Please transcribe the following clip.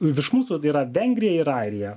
virš mūsų tai yra vengrija ir airija